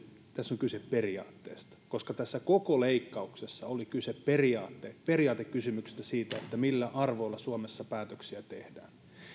tässä on kyse periaatteesta koska tässä koko leikkauksessa oli kyse periaatekysymyksestä siitä millä arvoilla suomessa päätöksiä tehdään